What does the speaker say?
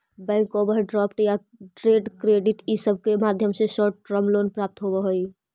bank overdraft या trade credit इ सब के माध्यम से शॉर्ट टर्म लोन प्राप्त होवऽ हई